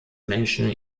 menschen